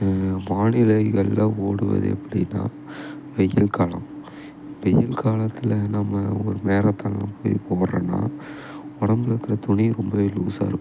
வானிலைகளில் ஓடுவது எப்படின்னா வெயில் காலம் வெயில் காலத்தில் நம்ம ஒரு மாரத்தான் எல்லாம் போய் இப்போ ஒடுறோன்னா உடம்பில் இருக்கிற துணி ரொம்பவே லூசாக இருக்கணும்